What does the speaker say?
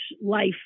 life